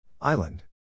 Island